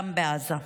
גם בעזה.